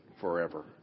forever